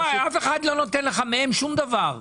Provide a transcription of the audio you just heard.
לא, אף אחד לא נותן לך מהם שום דבר.